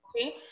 Okay